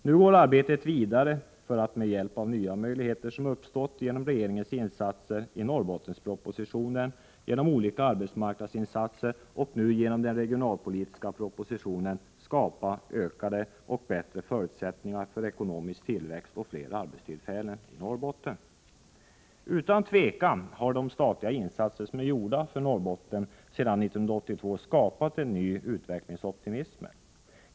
Nu går arbetet vidare för att med hjälp av de nya möjligheter som uppstått genom regeringens insatser i Norrbottenspropositionen, genom olika arbetsmarknadsinsatser, och nu genom den regionalpolitiska propositionen, skapa ökade och bättre förutsättningar för ekonomisk tillväxt och fler arbetstillfällen i Norrbotten. Utan tvivel har de statliga insatser som är gjorda för Norrbotten sedan 1982 skapat en ny utvecklingsoptimism.